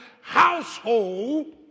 household